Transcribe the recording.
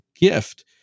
gift